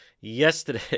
yesterday